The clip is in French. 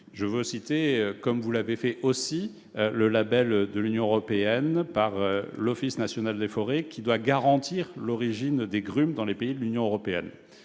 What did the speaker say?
Je citerai aussi, comme vous l'avez fait, le label de l'Union européenne utilisé par l'Office national des forêts, l'ONF, qui doit garantir l'origine des grumes dans les pays de l'Union européenne.